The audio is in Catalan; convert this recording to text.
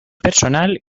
personal